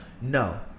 No